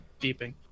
beeping